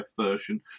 version